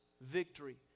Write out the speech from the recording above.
victory